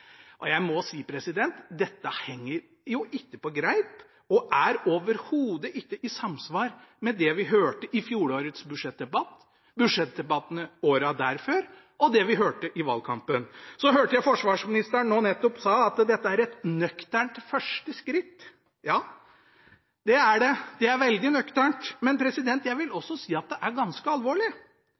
promille. Jeg må si: Dette henger ikke på greip og er overhodet ikke i samsvar med det vi hørte i fjorårets budsjettdebatt, budsjettdebattene årene før det, og med det vi hørte i valgkampen. Så hørte jeg at forsvarsministeren nå nettopp sa at dette er et «nøkternt første skritt». Ja, det er det, det er veldig nøkternt. Jeg vil også si at det er ganske alvorlig.